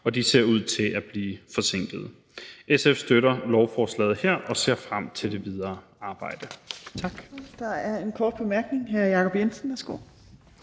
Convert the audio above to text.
og de ser ud til at blive forsinkede. SF støtter lovforslaget og ser frem til det videre arbejde.